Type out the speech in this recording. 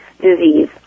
disease